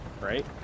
right